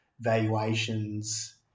valuations